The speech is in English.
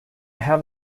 have